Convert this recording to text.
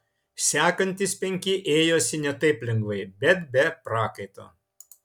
sekantys penki ėjosi ne taip lengvai bet be prakaito